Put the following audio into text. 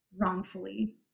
wrongfully